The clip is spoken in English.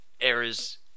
errors